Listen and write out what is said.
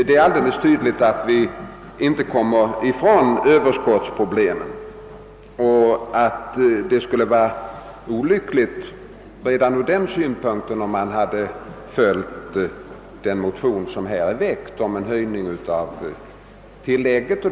Det är tydlig risk att vi inte kommer ifrån överskottsproblemen och att det redan ur den synpunkten vore olyckligt att följa den motion som väckts om en höjning av tillägget.